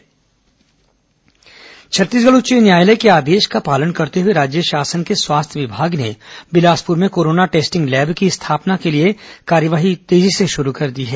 corona Bilaspur testing lab Chhattisgarh उच्च न्यायालय के आदेश का पालन करते हुए राज्य शासन के स्वास्थ्य विभाग ने बिलासपुर में कोरोना टेस्टिंग लैब की स्थापना के लिए कार्यवाही तेजी से शुरू कर दी है